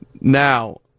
Now